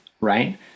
right